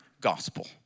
gospel